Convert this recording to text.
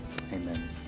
Amen